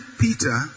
Peter